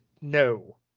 No